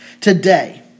Today